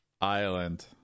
island